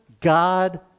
God